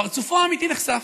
פרצופו האמיתי נחשף,